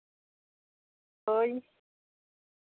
ᱦᱳᱭ